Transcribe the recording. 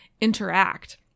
interact